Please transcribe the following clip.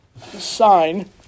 sign